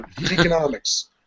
economics